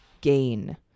gain